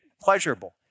pleasurable